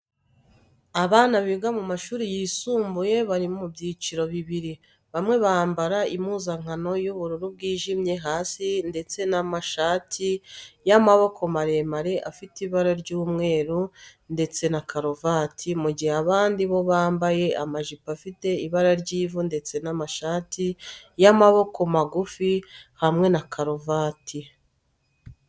Abana biga mu mashuri yisumbuye bari mu byiciro bibiri, bamwe bambaye impuzankano y'ubururu bwijimye hasi ndetse n'amashati y'amaboko maremare afite ibara ry'umweru ndetse na karuvati, mu gihe abandi bo bambaye amajipo afite ibara ry'ivu ndetse n'amashati y'amaboko magufi hamwe na karuvati.